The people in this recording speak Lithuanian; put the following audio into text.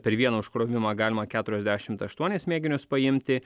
per vieną užkrovimą galima keturiasdešimt aštuonis mėginius paimti